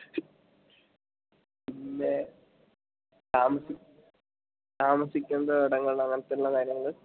പിന്നെ താമസിക്കുന്ന ഇടങ്ങൾ അങ്ങനത്തെയുള്ള കാര്യങ്ങൾ